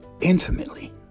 intimately